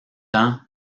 ans